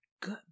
good